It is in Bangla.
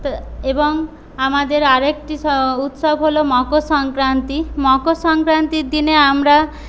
এবং আমাদের আরেকটি উৎসব হল মকর সংক্রান্তি মকর সংক্রান্তির দিনে আমরা